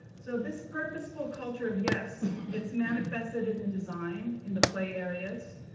so this purposeful culture of yes it's manifested in the design, in the play areas.